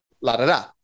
la-da-da